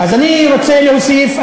אז אני רוצה להוסיף,